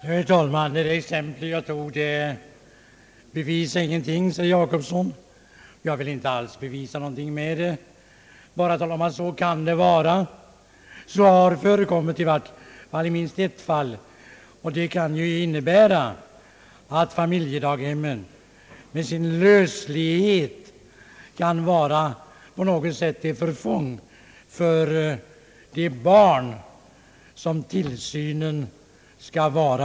Herr talman! Det exempel jag anförde bevisar ingenting, säger herr Per Jacobsson. Jag ville inte alls bevisa något med exemplet, bara tala om att så kan det vara. Det jag nämnde har förekommit i minst ett fall och innebär att familjedaghemmen med sin löslighet kan vara till förfång för de barn som tillsynen gäller.